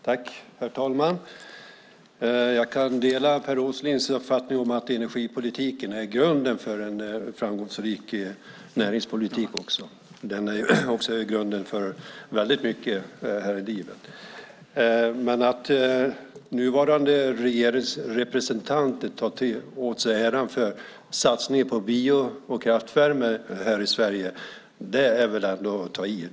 Herr talman! Jag kan dela Per Åslings uppfattning om att energipolitiken är grunden för en framgångsrik näringspolitik. Den är grunden för väldigt mycket här i livet. Men att nuvarande regeringsrepresentant tar åt sig äran för satsningen på bio och kraftvärme här i Sverige är väl ändå att ta i.